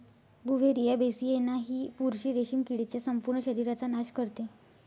Beauveria bassiana ही बुरशी रेशीम किडीच्या संपूर्ण शरीराचा नाश करते